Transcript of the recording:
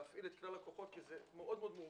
להפעיל את כלל הכוחות כי זה מאוד מורכב.